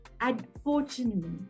unfortunately